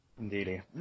Indeed